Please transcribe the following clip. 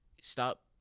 Stop